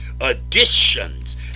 additions